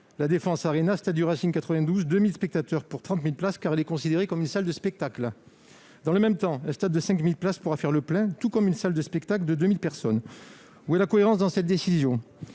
La Défense Arena, stade du Racing 92, 2 000 spectateurs pour 30 000 places. Cette enceinte est effectivement considérée comme une salle de spectacle. Dans le même temps, un stade de 5 000 places pourra faire le plein, tout comme une salle de spectacle de 2 000 personnes. Où est la cohérence dans cette décision ?